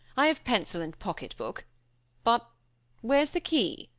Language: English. i have pencil and pocket-book but where's the key?